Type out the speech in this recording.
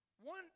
One